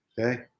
Okay